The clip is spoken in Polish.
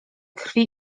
krwi